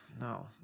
no